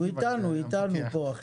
יש